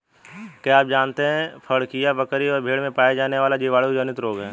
क्या आप जानते है फड़कियां, बकरी व भेड़ में पाया जाने वाला जीवाणु जनित रोग है?